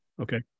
Okay